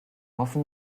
hoffen